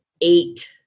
eight